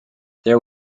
there